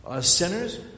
sinners